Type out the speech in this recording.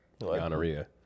gonorrhea